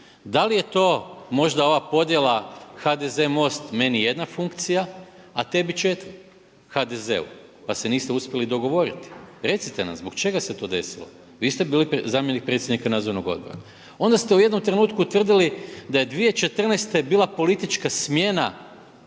Da li je to možda ova podjela HDZ, MOST meni jedna funkcija a tebi 4, HDZ-u pa se niste uspjeli dogovoriti. Recite nam zbog čega se to desilo? Vi ste bili zamjenik predsjednika nadzornog odbora. Onda ste u jednom trenutku tvrdili da je 2014. bila politička smjena